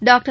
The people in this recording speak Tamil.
டாக்டர்